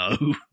no